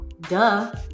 duh